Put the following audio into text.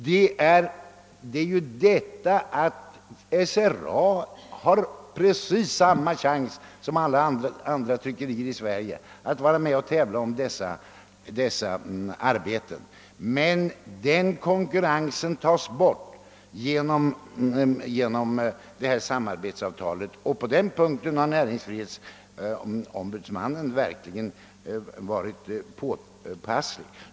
Det innebär ju att SRA skall ha precis samma chans som andra tryckerier i Sverige att vara med och tävla om dessa arbeten, men den konkurrensen tas bort genom samarbetsavtalet. På den punkten har näringsfrihetsombudsmannen =: verkligen varit påpasslig.